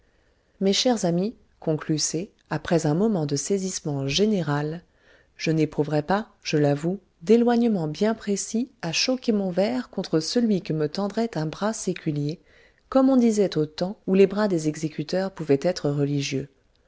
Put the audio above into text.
mes chers amis conclut c après un moment de saisissement général je n'éprouverais pas je l'avoue d'éloignement bien précis à choquer mon verre contre celui que me tendrait un bras séculier comme on disait au temps où les bras des exécuteurs pouvaient être religieux